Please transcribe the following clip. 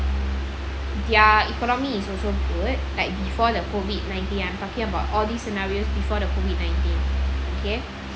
their economy is also good like before the COVID-nineteen I'm talking about all these scenario before the COVID-nineteen okay